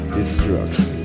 Destruction